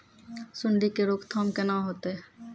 सुंडी के रोकथाम केना होतै?